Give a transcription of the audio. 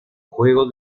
juego